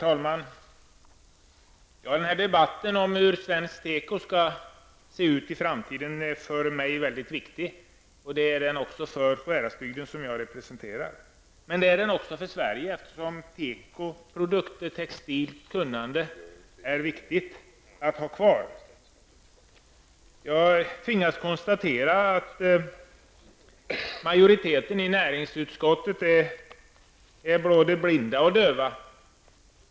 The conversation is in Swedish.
Herr talman! Debatten om hur svensk tekoindustri skall se ut i framtiden är för mig väldigt viktig, och det är den också för Sjuhäradsbygden, som jag representerar, men den är viktig också för Sverige som helhet, eftersom det är viktigt att vi har kvar det textila kunnandet. Jag tvingas konstatera att majoriteten i näringsutskottet är både blind och döv.